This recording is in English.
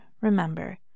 remember